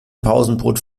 pausenbrot